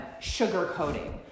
sugarcoating